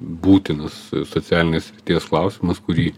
būtinas socialinės srities klausimas kurį